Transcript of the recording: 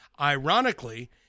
Ironically